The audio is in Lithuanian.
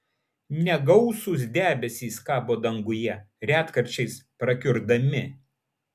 negausūs debesys kabo danguje retkarčiais prakiurdami